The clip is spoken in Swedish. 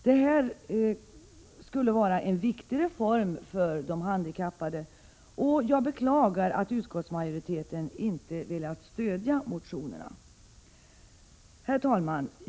Det här skulle vara en viktig reform för de handikappade och jag beklagar att utskottsmajoriteten inte velat stödja motionerna. Herr talman!